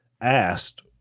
asked